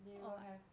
they will have